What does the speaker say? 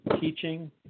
teaching